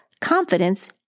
confidence